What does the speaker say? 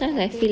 I think